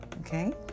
Okay